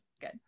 Good